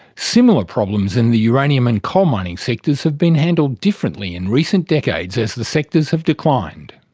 similar problems in the uranium and coal mining sectors have been handled differently in recent decades as the sectors have declined.